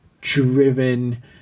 driven